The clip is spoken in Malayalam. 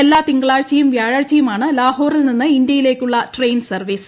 എല്ലാ തിങ്കളാഴ്ചയും വ്യാഴാഴ്ചയുമാണ് ലോഹറിൽ നിന്ന് ഇന്ത്യയിലേക്കുള്ള ട്രെയിൻ സർവ്വീസ്